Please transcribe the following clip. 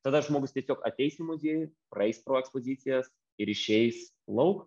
tada žmogus tiesiog ateis į muziejų praeis pro ekspozicijas ir išeis lauk